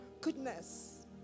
goodness